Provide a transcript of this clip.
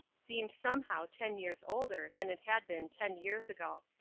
seemed somehow ten years older than it had been ten years ago.